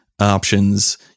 options